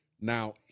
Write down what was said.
Now